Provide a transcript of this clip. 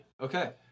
Okay